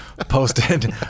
posted